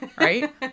Right